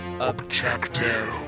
objective